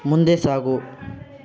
ಮುಂದೆ ಸಾಗು